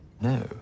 No